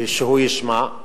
שהוא ישמע,